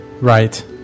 Right